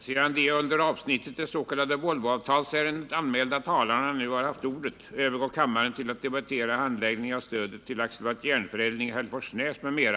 Sedan de under avsnittet Det s.k. Volvoavtalsärendet anmälda talarna nu haft ordet övergår kammaren till att debattera Handläggningen av stödet till AB Järnförädling i Hälleforsnäs, m.m.